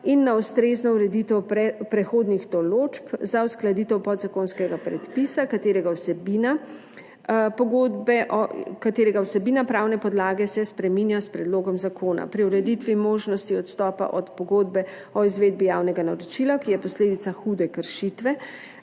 in na ustrezno ureditev prehodnih določb za uskladitev podzakonskega predpisa, katerega vsebina pravne podlage se spreminja s predlogom zakona. Pri ureditvi možnosti odstopa od pogodbe o izvedbi javnega naročila, ki je posledica hude kršitve,